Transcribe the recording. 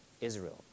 Israel